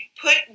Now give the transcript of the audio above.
put